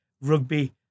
rugby